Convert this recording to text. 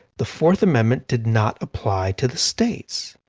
the fourth amendment did not apply to the states.